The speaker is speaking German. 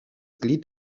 glied